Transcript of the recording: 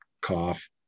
cough